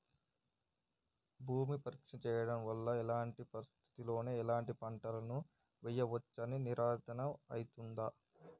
భూమి పరీక్ష చేయించడం వల్ల ఎలాంటి పరిస్థితిలో ఎలాంటి పంటలు వేయచ్చో నిర్ధారణ అయితదా?